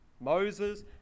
Moses